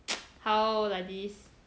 how like this